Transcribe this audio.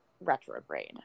retrograde